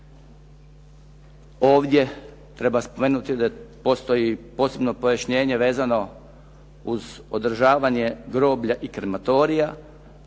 Ovdje treba spomenuti da postoji posebno pojašnjenje vezano uz održavanje groblja i krematorija